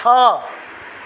छ